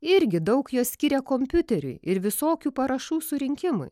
irgi daug jo skiria kompiuteriui ir visokių parašų surinkimui